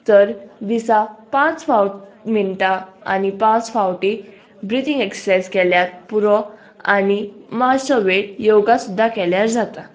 तर दिसा पांच फावट मिनटां आनी पांच फावटी ब्रिथींग एक्सरसायज केल्यार पुरो आनी मात्सो वेळ योगा सुद्दां केल्यार जाता